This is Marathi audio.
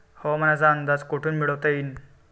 हवामानाचा अंदाज कोठून मिळवता येईन?